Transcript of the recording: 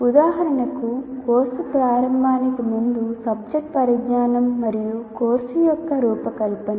ఉదాహరణకు కోర్సు ప్రారంభానికి ముందు సబ్జెక్టు పరిజ్ఞానం మరియు కోర్సు యొక్క రూపకల్పన